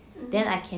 mm